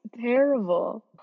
terrible